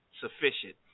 sufficient